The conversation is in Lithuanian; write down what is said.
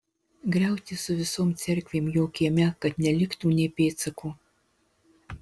griauti su visom cerkvėm jo kieme kad neliktų nė pėdsako